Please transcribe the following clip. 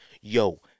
Yo